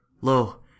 lo